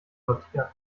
sortieren